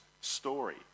story